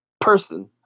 person